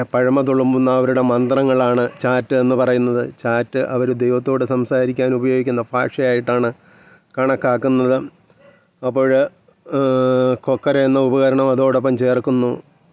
അപ്പോൾ ഞാന് ഞാന് പറഞ്ഞു അതെന്താ അങ്ങനെ എന്നു ഞാന് ചോദിക്കുകയുണ്ടായി അതിനു ശേഷം ഞാന് തന്നെയാണ് പിക്ച്ചർ വീണ്ടും എന്തിനു ചെയ്തു വീണ്ടും അതു തന്നെ ആ പിക്ച്ചർ തന്നിങ്ങനെ നോക്കിയത് കുറച്ചു നേരം ഇങ്ങനെ ഒബ്സര്വ് ചെയ്തപ്പോഴത്തേനും